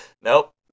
Nope